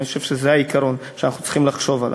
ואני חושב שזה העיקרון שאנחנו צריכים לחשוב עליו.